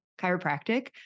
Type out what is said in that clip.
chiropractic